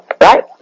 Right